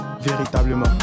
véritablement